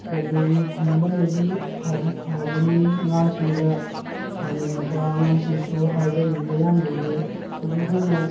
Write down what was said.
library ꯊꯝꯕꯅꯗꯤ ꯐꯗꯤ ꯐꯕꯅꯤ ꯑꯉꯥꯡꯁꯤꯡꯗ ꯐꯅꯅꯕ ꯑꯉꯥꯡꯁꯤꯡꯁꯨ ꯍꯥꯏꯕ ꯏꯟꯕ ꯌꯥꯝ ꯂꯩꯌꯦ ꯑꯗꯨ ꯑꯩꯈꯣꯏꯅ